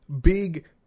big